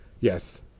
Yes